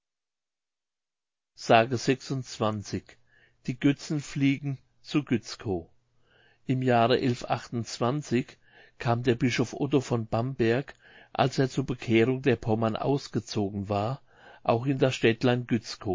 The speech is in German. s die götzenfliegen zu gützkow im jahre kam der bischof otto von bamberg als er zur bekehrung der pommern ausgezogen war auch in das